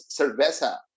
Cerveza